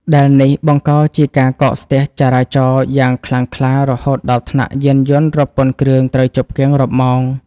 ដែលនេះ បង្កជាការកកស្ទះចរាចរណ៍យ៉ាងខ្លាំងក្លា រហូតដល់ថ្នាក់យានយន្តរាប់ពាន់គ្រឿងត្រូវជាប់គាំងរាប់ម៉ោង។